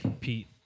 Pete